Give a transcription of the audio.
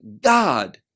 God